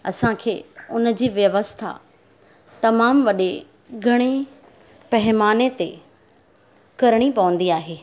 असांखे हुनजी व्यवस्था तमामु वॾे घणे पैमाने ते करणी पवंदी आहे